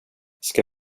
ska